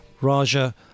Raja